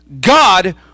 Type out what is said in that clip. God